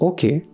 Okay